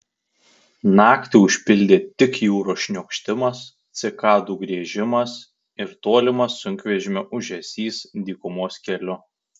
naktį užpildė tik jūros šniokštimas cikadų griežimas ir tolimas sunkvežimio ūžesys dykumos keliu